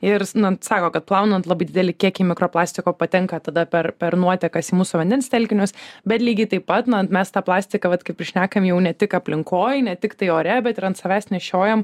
ir jis nan sako kad plaunant labai didelį kiekį mikrapastiko patenka tada per per nuotekas į mūsų vandens telkinius bet lygiai taip pat man mes tą plastiką vat kaip ir šnekam jau ne tik aplinkoj ne tiktai ore bet ir ant savęs nešiojam